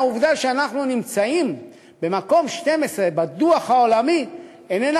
העובדה שאנחנו נמצאים במקום 12 בדוח העולמי איננה